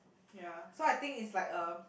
ya so I think is like a